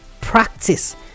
Practice